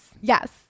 Yes